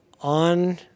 on